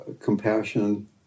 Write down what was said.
Compassion